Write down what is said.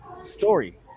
story